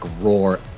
roar